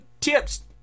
tips